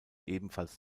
ebenfalls